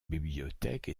bibliothèque